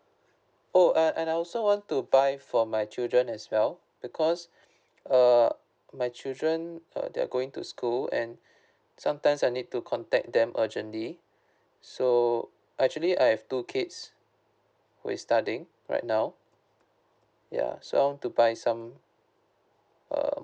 oh and and I also want to buy for my children as well because err my children uh they're going to school and sometimes I need to contact them urgently so actually I have two kids with studying right now ya so I want to buy some err